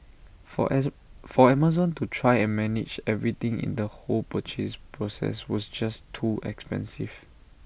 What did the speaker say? for for Amazon to try and manage everything in the whole purchase process was just too expensive